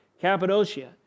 Cappadocia